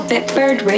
Bitbird